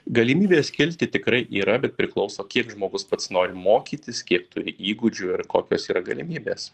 galimybės kilti tikrai yra bet priklauso kiek žmogus pats nori mokytis kiek turi įgūdžių ir kokios yra galimybės